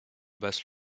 basse